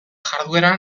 jarduera